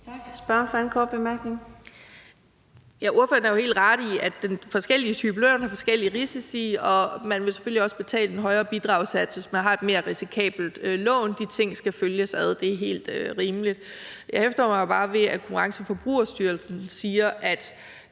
Kl. 20:17 Lisbeth Bech-Nielsen (SF): Ja, ordføreren har jo helt ret i, at der er forskellige typer lån og forskellige risici, og man vil selvfølgelig også betale en højere bidragssats, hvis man har et mere risikabelt lån. De ting skal følges ad; det er helt rimeligt. Jeg hæfter mig jo bare ved, at Konkurrence- og Forbrugerstyrelsen siger, at